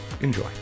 Enjoy